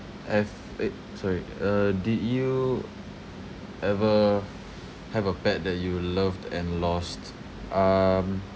have eh sorry uh did you ever have a pet that you loved and lost um